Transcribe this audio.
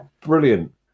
brilliant